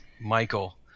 Michael